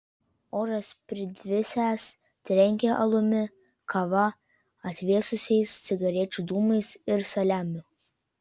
oras pridvisęs trenkė alumi kava atvėsusiais cigarečių dūmais ir saliamiu